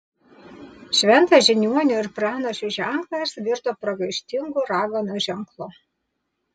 šventas žiniuonių ir pranašių ženklas virto pragaištingu raganos ženklu